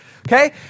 Okay